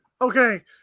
Okay